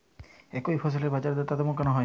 একই ফসলের বাজারদরে তারতম্য কেন হয়?